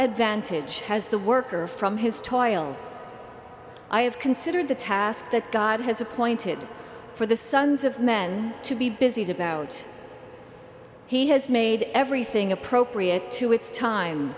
advantage has the worker from his toil i have considered the task that god has appointed for the sons of men to be busy devout he has made everything appropriate to its time